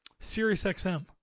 SiriusXM